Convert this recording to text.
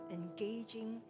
engaging